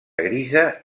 grisa